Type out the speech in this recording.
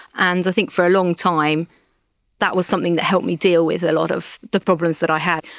and i think for a long time that was something that helped me deal with a lot of the problems that i had,